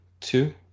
two